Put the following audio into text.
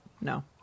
No